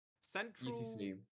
central